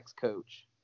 coach